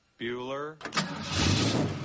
Bueller